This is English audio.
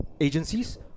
Agencies